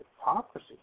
hypocrisy